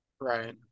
Right